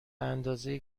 اندازه